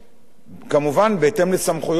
כמובן בהתאם לסמכויות שיש להם,